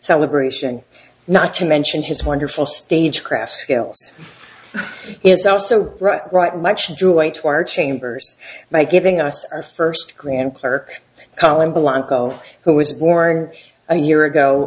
celebration not to mention his wonderful stage craft skills is also right much joined to our chambers by giving us our first grand clerk column blanco who was born a year ago